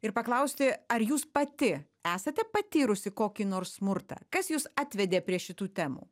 ir paklausti ar jūs pati esate patyrusi kokį nors smurtą kas jus atvedė prie šitų temų